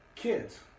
Kids